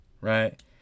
right